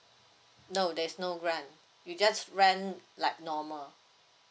no there's no grant you just rent like normal